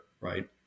right